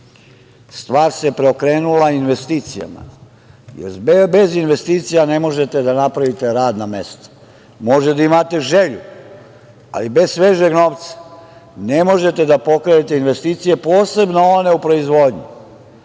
se preokrenula investicijama, jer bez investicija ne možete da napravite radna mesta, možete da imate želju, ali bez svežeg novca, ne možete da pokrenete investicije, posebno one u proizvodnji. Ono